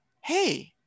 hey